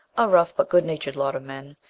a rough but good-natured lot of men.